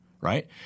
right